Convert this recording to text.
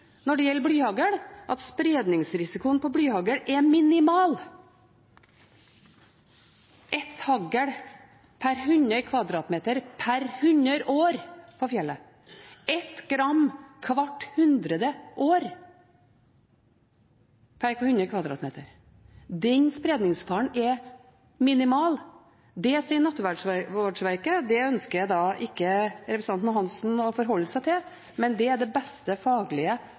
når det gjelder blyhagl, er spredningsrisikoen minimal – ett hagl per 100 kvadratmeter per hundre år på fjellet, ett gram hvert hundrede år per 100 kvadratmeter. Den spredningsfaren er minimal. Det sier Naturvårdsverket. Det ønsker ikke representanten Hansson å forholde seg til, men det er det beste faglige